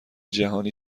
جهانی